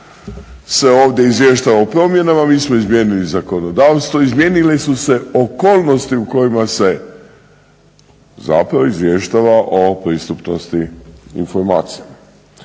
se ovdje izvještava o promjenama mi smo izmijenili zakonodavstvo, izmijenile su se okolnosti u kojima se zapravo izvještava o pristupnosti informacijama.